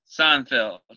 Seinfeld